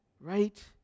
Right